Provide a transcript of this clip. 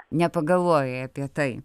nepagalvojai apie tai